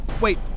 Wait